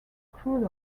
crude